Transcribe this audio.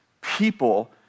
people